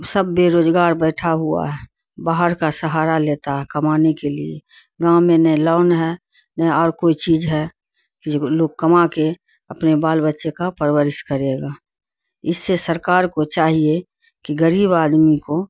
سب بے روزگار بیٹھا ہوا ہے باہر کا سہارا لیتا ہے کمانے کے لیے گاؤں میں نہ لون ہے نہ اور کوئی چیز ہے کہ لوگ کما کے اپنے بال بچے کا پرورش کرے گا اس سے سرکار کو چاہیے کہ غریب آدمی کو